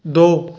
दो